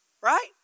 Right